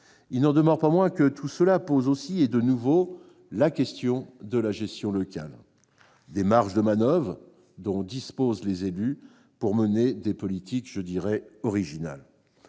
Il n'en demeure pas moins que tout cela pose aussi, et de nouveau, la question de la gestion locale, des marges de manoeuvre dont disposent les élus pour mener des politiques originales,